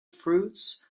fruits